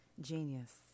Genius